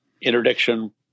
interdiction